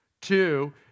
Two